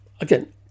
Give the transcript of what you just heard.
again